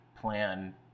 plan